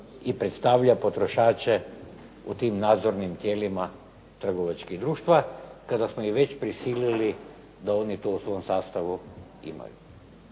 i predstavlja potrošače u tim nadzornim tijelima trgovačkih društava kada smo ih već prisilili da oni u tom svom sastavu imaju.